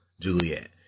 Juliet